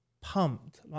pumped